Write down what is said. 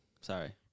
Sorry